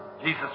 Jesus